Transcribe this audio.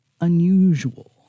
unusual